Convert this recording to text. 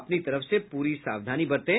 अपनी तरफ से पूरी सावधानी बरतें